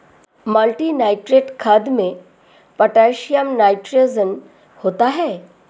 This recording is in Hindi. मल्टीनुट्रिएंट खाद में पोटैशियम नाइट्रोजन होता है